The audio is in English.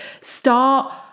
Start